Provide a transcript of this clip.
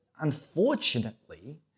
unfortunately